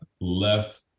left